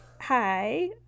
Hi